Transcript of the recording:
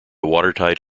watertight